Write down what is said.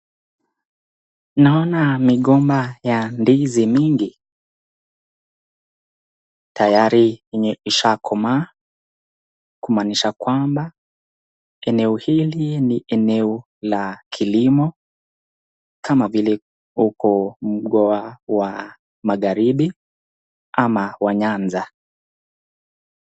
Naona migomba ya ndizi mingi tayari yenye ishakomaa kuonyesha kwamba eneo hili ni eneo la kilimo kama vile huko mgoa wa magharibi ama wa Nyanza.